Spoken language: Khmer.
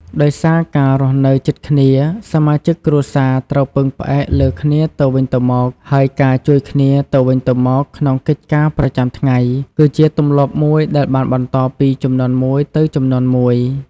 ដោយសារការរស់នៅជិតគ្នា សមាជិកគ្រួសារត្រូវពឹងផ្អែកលើគ្នាទៅវិញទៅមក ហើយការជួយគ្នាទៅវិញទៅមកក្នុងកិច្ចការប្រចាំថ្ងៃគឺជាទម្លាប់មួយដែលបានបន្តពីជំនាន់មួយទៅជំនាន់មួយ។